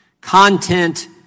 content